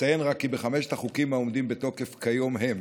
אציין רק כי חמשת החוקים העומדים בתוקף כיום הם: